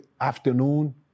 afternoon